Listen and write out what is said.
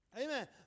Amen